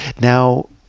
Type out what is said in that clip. Now